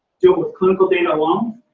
deal with clinical data alone?